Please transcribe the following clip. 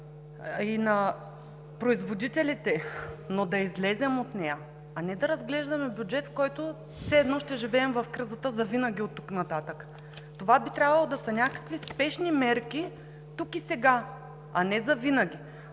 и на производителите, но да излезем от нея, а не да разглеждаме бюджет, с който все едно ще живеем в кризата завинаги оттук нататък! Това би трябвало да са някакви спешни мерки тук и сега, а не завинаги.